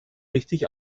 richtig